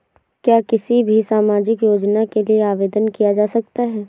क्या किसी भी सामाजिक योजना के लिए आवेदन किया जा सकता है?